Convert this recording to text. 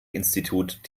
institut